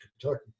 Kentucky